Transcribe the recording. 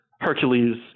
Hercules